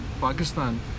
Pakistan